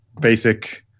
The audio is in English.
basic